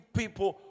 people